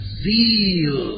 zeal